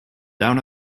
down